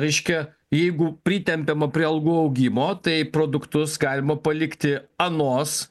reiškia jeigu pritempiama prie algų augimo tai produktus galima palikti anos